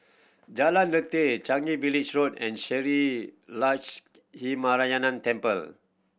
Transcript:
Jalan Lateh Changi Village Road and Shree Lakshminarayanan Temple